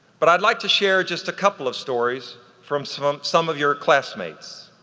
but i'd like to share just a couple of stories from some um some of your classmates.